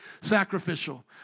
Sacrificial